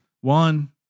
One